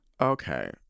Okay